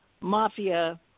mafia